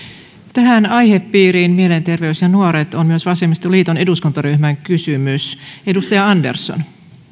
tähän aihepiiriin mielenterveys ja nuoret on myös vasemmistoliiton eduskuntaryhmän kysymys edustaja andersson